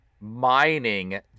mining